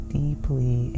deeply